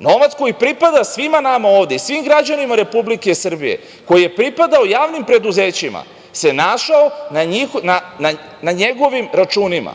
novac koji pripada svima nama ovde i svim građanima Republike Srbije, koji je pripadao javnim preduzećima, se našao na njegovim računima